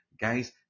Guys